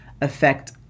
affect